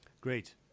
Great